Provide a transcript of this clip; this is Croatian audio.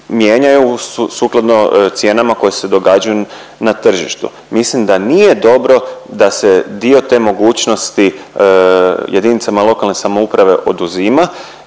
mijenjaju sukladno cijenama koje se događaju na tržištu. Mislim da nije dobro da se dio te mogućnosti JLS oduzima